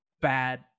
bad